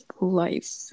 life